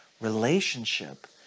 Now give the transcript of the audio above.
relationship